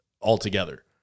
altogether